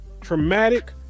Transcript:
traumatic